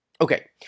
Okay